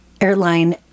airline